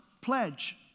pledge